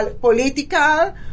political